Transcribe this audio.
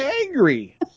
angry